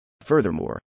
Furthermore